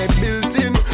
built-in